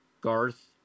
Garth